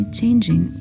changing